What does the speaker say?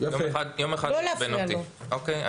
יום אחד הוא עצבן אותי, אוקי?